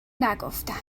نگفتم